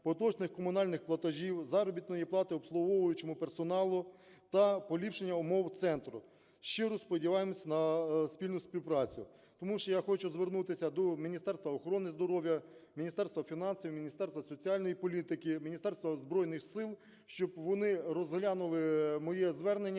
поточних комунальних платежів, заробітної плати обслуговуючому персоналу та поліпшення умов центру. Щиро сподіваємось на спільну співпрацю. Тому ще я хочу звернутися до Міністерства охорони здоров'я, Міністерства фінансів, Міністерства соціальної політики, Міністерства Збройних Сил, щоб вони розглянули моє звернення